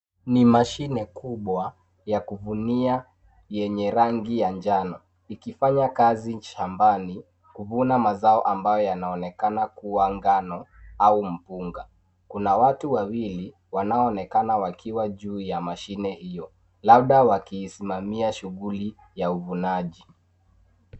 Ni mashine kubwa ya kuvunia yenye rangi ya njano ikifanya kazi shambani kuvuna mazao ambayo yanaonekana kuwa ngano au mpunga. Kuna watu wawili wanaonekana wakiwa juu ya mashine hio labda wakiisimamia shughuli ya uvunaji.